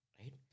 right